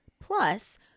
Plus